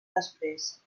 després